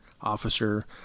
officer